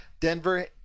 Denver